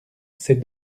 ses